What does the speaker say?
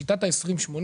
שיטת ה-20/80